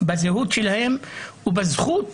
בזהות שלהם ובזכות